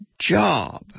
job